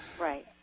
Right